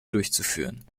durchzuführen